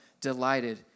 delighted